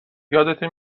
یادته